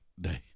day